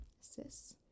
Sis